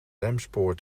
remspoor